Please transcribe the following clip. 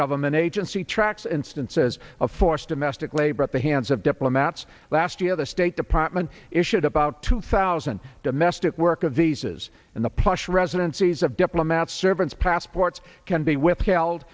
government agency tracks instances of forced domestic labor at the hands of diplomats last year the state department issued about two thousand domestic worker visas and the plush residencies of diplomats servants passports can be withheld